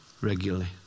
regularly